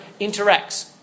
interacts